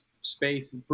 space